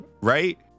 right